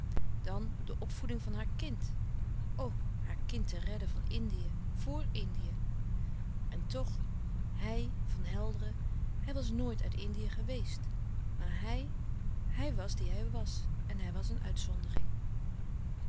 dan de opvoeding van haar kind o haar kind te redden van indië voor indië en toch hij van helderen hij was nooit uit indië geweest maar hij hij was die hij was en hij was een uitzondering